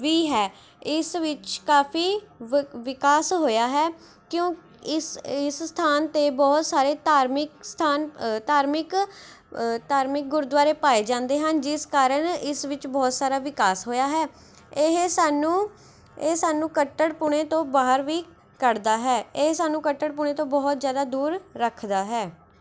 ਵੀ ਹੈ ਇਸ ਵਿੱਚ ਕਾਫ਼ੀ ਵਿਕਾਸ ਹੋਇਆ ਹੈ ਕਿਉਂ ਇਸ ਇਸ ਸਥਾਨ 'ਤੇ ਬਹੁਤ ਸਾਰੇ ਧਾਰਮਿਕ ਸਥਾਨ ਧਾਰਮਿਕ ਧਾਰਮਿਕ ਗੁਰਦੁਆਰੇ ਪਾਏ ਜਾਂਦੇ ਹਨ ਜਿਸ ਕਾਰਨ ਇਸ ਵਿੱਚ ਬਹੁਤ ਸਾਰਾ ਵਿਕਾਸ ਹੋਇਆ ਹੈ ਇਹ ਸਾਨੂੰ ਇਹ ਸਾਨੂੰ ਕੱਟੜਪੁਣੇ ਤੋਂ ਬਾਹਰ ਵੀ ਕੱਢਦਾ ਹੈ ਇਹ ਸਾਨੂੰ ਕੱਟੜਪੁਣੇ ਤੋਂ ਬਹੁਤ ਜ਼ਿਆਦਾ ਦੂਰ ਰੱਖਦਾ ਹੈ